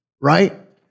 right